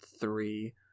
three